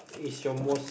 is your most